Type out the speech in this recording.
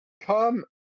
Come